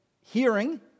hearing